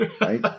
right